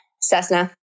Cessna